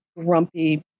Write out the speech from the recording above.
grumpy